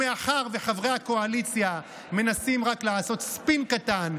מאחר שחברי הקואליציה מנסים רק לעשות ספין קטן,